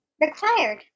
required